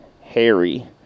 Harry